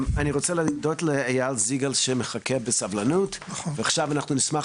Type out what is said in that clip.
אני רוצה להודות לאייל זיגל שמחכה פה בסבלנות ועכשיו אנחנו נשמח